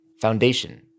Foundation